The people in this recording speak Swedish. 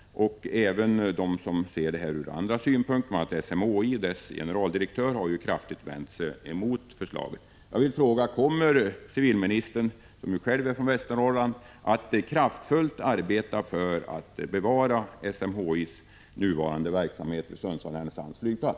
Även de som ser frågorna ur andra synpunkter har motsatt sig flyttningen. SMHI och dess generaldirektör har ju kraftigt vänt sig mot förslaget.